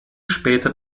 später